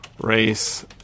race